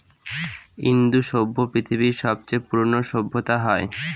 ইন্দু সভ্য পৃথিবীর সবচেয়ে পুরোনো সভ্যতা হয়